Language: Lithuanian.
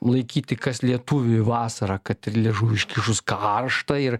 laikyti kas lietuviui vasara kad ir liežuvį iškišus karšta ir